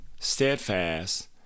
steadfast